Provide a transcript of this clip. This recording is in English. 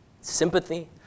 Sympathy